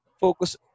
focus